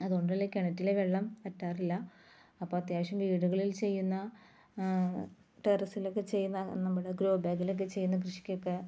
അതുകൊണ്ടല്ലെ കിണറ്റിലെ വെള്ളം വറ്റാറില്ല അപ്പോൾ അത്യാവശ്യം വീടുകളിൽ ചെയ്യുന്ന ടെറസിലൊക്കെ ചെയ്യുന്ന നമ്മൾ ഗ്രോ ബാഗിലൊക്കെ ചെയ്യുന്ന കൃഷിക്കൊക്കെ